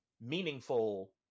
meaningful